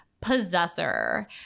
Possessor